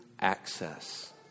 access